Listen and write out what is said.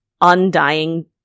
undying